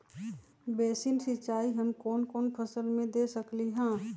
Basin सिंचाई हम कौन कौन फसल में दे सकली हां?